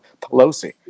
Pelosi